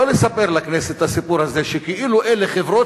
לא לספר לכנסת את הסיפור הזה שכאילו אלה חברות